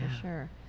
sure